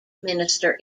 minister